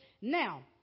Now